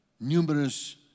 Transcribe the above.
numerous